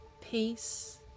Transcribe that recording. Peace